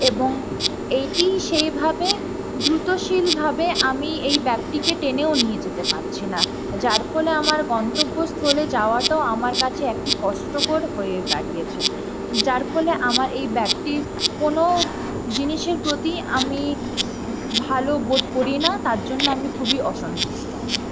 এবং এটি সেভাবে দ্রুতশীলভাবে আমি এই ব্যাগটিকে টেনেও নিয়ে যেতে পারছি না যার ফলে আমার গন্তব্যস্থলে যাওয়াটাও আমার কাছে একটি কষ্টকর হয়ে দাঁড়িয়েছে যার ফলে আমার এই ব্যাগটি কোনো জিনিসের প্রতি আমি ভালো বোধ করি না তার জন্য আমি খুবই অসন্তুষ্ট